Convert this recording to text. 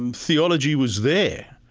um theology was there.